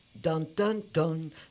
Dun-dun-dun